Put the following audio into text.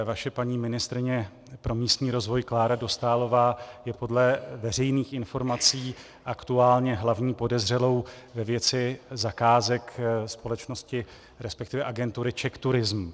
Vaše paní ministryně pro místní rozvoj Klára Dostálová je podle veřejných informací aktuálně hlavní podezřelou ve věci zakázek společnosti, resp. agentury CzechTourism.